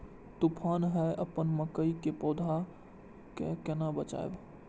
तुफान है अपन मकई के पौधा के केना बचायब?